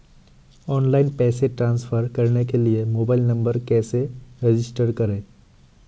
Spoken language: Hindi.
ऑनलाइन पैसे ट्रांसफर करने के लिए मोबाइल नंबर कैसे रजिस्टर करें?